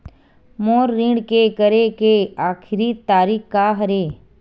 मोर ऋण के करे के आखिरी तारीक का हरे?